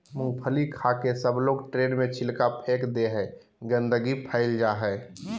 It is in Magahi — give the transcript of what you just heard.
मूँगफली खाके सबलोग ट्रेन में छिलका फेक दे हई, गंदगी फैल जा हई